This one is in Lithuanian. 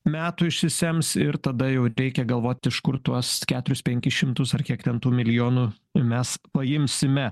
metų išsisems ir tada jau reikia galvot iš kur tuos keturis penkis šimtus ar kiek ten tų milijonų mes paimsime